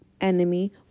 enemy